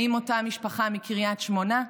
האם אותה משפחה מקריית שמונה?